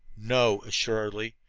no, assuredly,